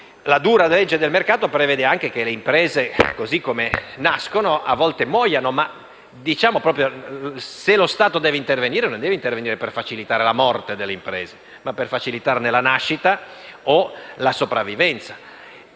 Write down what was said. la dura legge del mercato prevede anche che le imprese, così come nascono, a volte muoiono; tuttavia se lo Stato deve intervenire, non lo deve fare per facilitare la morte delle imprese, bensì per facilitarne la nascita o la sopravvivenza.